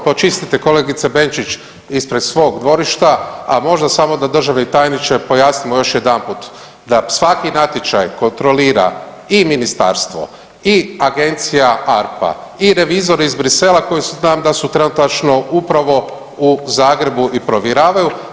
Počistite kolegice Benčić ispred svog dvorišta, a možda samo da državni tajniče pojasnimo još jedanput, da svaki natječaj kontrolira i Ministarstvo i agencija ARPA i revizori iz Bruxellesa koji znam da su trenutačno upravo u Zagrebu i provjeravaju.